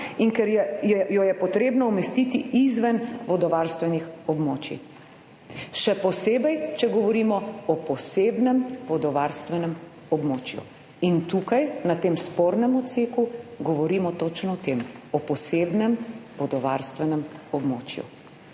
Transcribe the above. in ker jo je potrebno umestiti izven vodovarstvenih območij, še posebej, če govorimo o posebnem vodovarstvenem območju in tukaj na tem spornem odseku govorimo točno o tem, o posebnem vodovarstvenem območju.